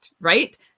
right